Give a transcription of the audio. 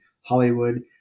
Hollywood